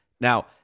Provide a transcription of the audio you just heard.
Now